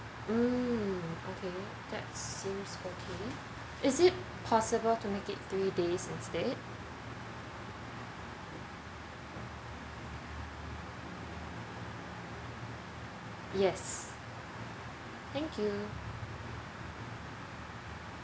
mm okay that seems okay is it possible to make it three days instead yes thank you